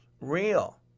real